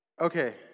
Okay